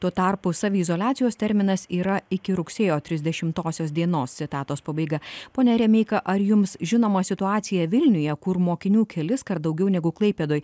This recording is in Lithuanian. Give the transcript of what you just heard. tuo tarpu saviizoliacijos terminas yra iki rugsėjo trisdešimtosios dienos citatos pabaiga pone remeika ar jums žinoma situacija vilniuje kur mokinių keliskart daugiau negu klaipėdoj